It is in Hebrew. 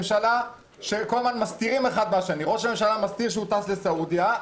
ממשלה שכל הזמן מסתירים אחד מהשני ראש הממשלה מסתיר שהוא טס לסעודיה,